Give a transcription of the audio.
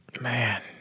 Man